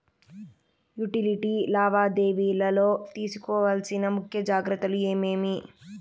Utility లావాదేవీల లో తీసుకోవాల్సిన ముఖ్య జాగ్రత్తలు ఏమేమి?